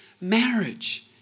marriage